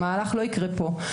המהפך לא ייקרה פה.